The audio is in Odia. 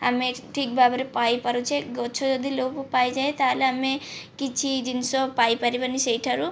ଆମେ ଏଠି ଠିକ୍ ଭାବରେ ପାଇପାରୁଛେ ଗଛ ଯଦି ଲୋପ ପାଇ ଯାଏ ତା'ହେଲେ ଆମେ କିଛି ଜିନିଷ ପାଇପାରିବାନାହିଁ ସେଇଠାରୁ